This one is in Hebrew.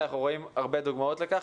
אנחנו רואים הרבה דוגמאות לכך.